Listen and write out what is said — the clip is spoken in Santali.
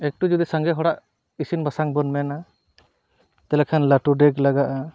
ᱮᱠᱴᱩ ᱡᱩᱫᱤ ᱥᱟᱸᱜᱮ ᱦᱚᱲᱟᱜ ᱤᱥᱤᱱ ᱵᱟᱥᱟᱝᱵᱚᱱ ᱢᱮᱱᱟ ᱛᱟᱦᱞᱮ ᱠᱷᱟᱱ ᱞᱟᱴᱩ ᱰᱮᱠ ᱞᱟᱜᱟᱜᱼᱟ